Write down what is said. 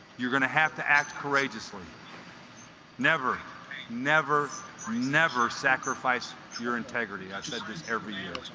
you're gonna have to act courageously never never never sacrifice your integrity i said this every year